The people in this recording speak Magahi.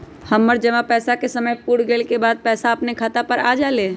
हमर जमा पैसा के समय पुर गेल के बाद पैसा अपने खाता पर आ जाले?